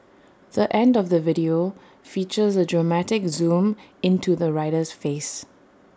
the end of the video features A dramatic zoom into the rider's face